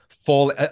Fall